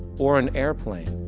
or an airplane.